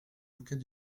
bouquet